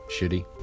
Shitty